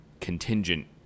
contingent